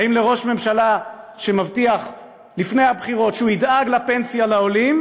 האם לראש ממשלה שמבטיח לפני הבחירות שהוא ידאג לפנסיה לעולים,